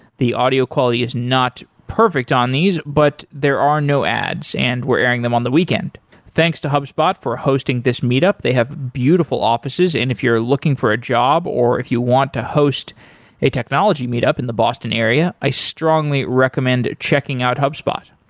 the audio quality is not perfect on these, but there are no ads and we're airing them on the weekend thanks to hubspot for hosting this meet up. they have beautiful offices, and if you're looking for a job or if you want to host a technology meet up in the boston area, i strongly recommend checking out hubspot.